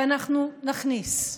ואנחנו נכניס.